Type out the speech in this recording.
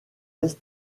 est